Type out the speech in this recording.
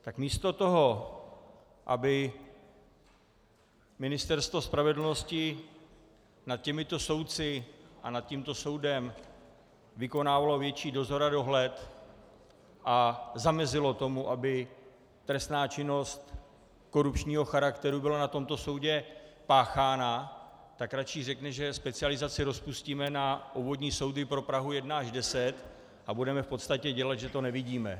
Tak místo toho, aby Ministerstvo spravedlnosti nad těmito soudci a nad tímto soudem vykonávalo větší dozor a dohled a zamezilo tomu, aby trestná činnost korupčního charakteru byla na tomto soudě páchána, tak radši řekne, že specializaci rozpustíme na obvodní soudy pro Prahu 1 až 10 a budeme v podstatě dělat, že to nevidíme.